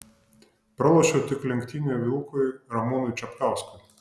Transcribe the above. pralošiau tik lenktynių vilkui ramūnui čapkauskui